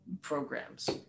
programs